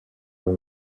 abo